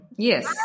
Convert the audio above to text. Yes